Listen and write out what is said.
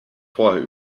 vorher